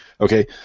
Okay